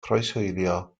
croeshoelio